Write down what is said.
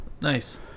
Nice